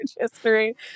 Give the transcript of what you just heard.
history